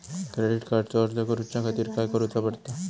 Credit कार्डचो अर्ज करुच्या खातीर काय करूचा पडता?